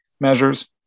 measures